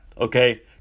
Okay